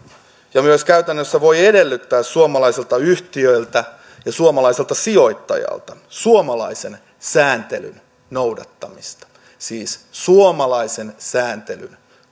myös käytännössä edellyttää suomalaisilta yhtiöiltä ja suomaisilta sijoittajilta suomalaisen sääntelyn noudattamista siis suomalaisen sääntelyn